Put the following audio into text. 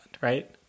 right